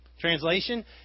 Translation